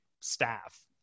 staff